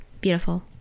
Beautiful